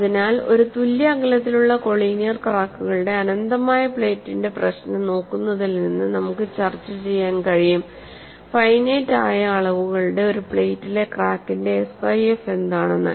അതിനാൽ ഒരു തുല്യ അകലത്തിലുള്ള കോളിനിയർ ക്രാക്കുകളുള്ള അനന്തമായ പ്ലേറ്റിന്റെ പ്രശ്നം നോക്കുന്നതിൽ നിന്ന് നമുക്ക് ചർച്ചചെയ്യാൻ കഴിയും ഫൈനൈറ്റ് ആയ അളവുകളുടെ ഒരു പ്ലേറ്റിലെ ക്രാക്കിന്റെ SIF എന്താണെന്ന്